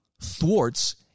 thwarts